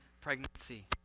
pregnancy